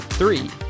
three